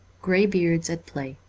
grey beards at play